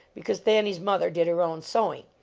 because thanny s mother did her own sewing.